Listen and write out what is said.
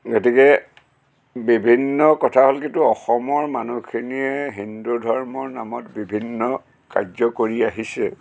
গতিকে বিভিন্ন কথা হ'ল কিন্তু অসমৰ মানুহখিনিয়ে হিন্দু ধৰ্মৰ নামত বিভিন্ন কাৰ্য কৰি আহিছে